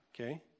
okay